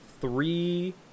three